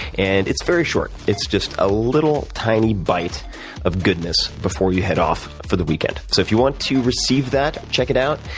and it's very short. it's just a little tiny byte of goodness before you head off for the weekend. so if you want to receive that, check it out.